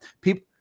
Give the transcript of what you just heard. People